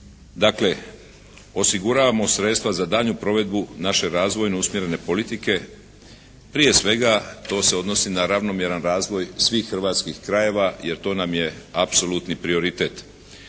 Dakle, osiguravamo sredstva za daljnju provedbu naše razvojno usmjerene politike. Prije svega to se odnosi na ravnomjeran razvoj svih hrvatskih krajeva jer to nam je apsolutni prioritet,